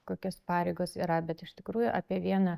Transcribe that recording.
kokios pareigos yra bet iš tikrųjų apie vieną